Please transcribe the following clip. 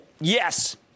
Yes